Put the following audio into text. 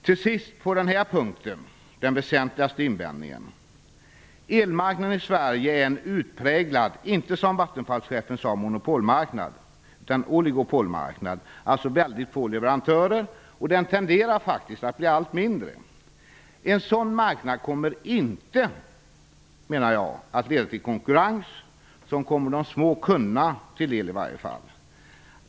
Till sist vill jag nämna den väsentligaste invändningen på den här punkten. Elmarknaden i Sverige är en utpräglad oligopolmarknad, inte som Vattenfallschefen påstod monopolmarknad. Det finns alltså väldigt få leverantörer. Elmarknaden tenderar dessutom att bli allt mindre. En sådan marknad kommer inte, menar jag, att leda till konkurrens som kommer de små kunderna till del i varje fall.